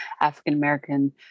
African-American